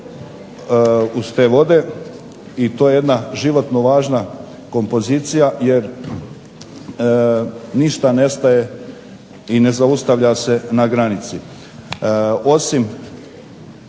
uz te vode i to je jedna životno važna kompozicija jer ništa nestaje i ne zaustavlja se na granici. Osim